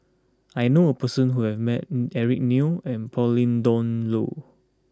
I knew a person who has met Eric Neo and Pauline Dawn Loh